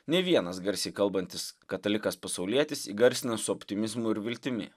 ne vienas garsiai kalbantis katalikas pasaulietis įgarsina su optimizmu ir viltimi